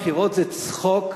הבחירות זה צחוק,